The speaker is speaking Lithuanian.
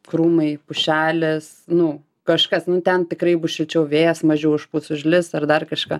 krūmai pušelės nu kažkas nu ten tikrai bus šilčiau vėjas mažiau užpūs užlis ar dar kažką